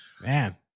man